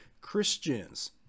Christians